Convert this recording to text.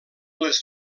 les